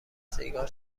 سیگار